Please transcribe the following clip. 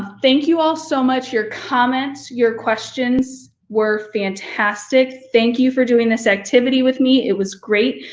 thank you all so much your comments. your questions were fantastic. thank you for doing this activity with me. it was great.